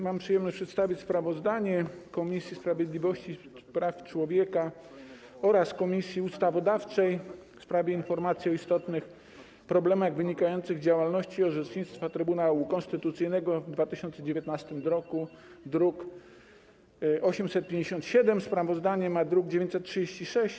Mam przyjemność przedstawić sprawozdanie Komisji Sprawiedliwości i Praw Człowieka oraz Komisji Ustawodawczej w sprawie informacji o istotnych problemach wynikających z działalności i orzecznictwa Trybunału Konstytucyjnego w 2019 roku, druki nr 857 i 936.